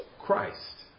Christ